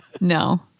no